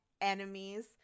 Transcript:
enemies